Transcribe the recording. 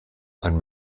ein